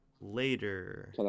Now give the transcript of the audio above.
later